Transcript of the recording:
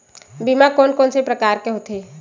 बीमा कोन कोन से प्रकार के होथे?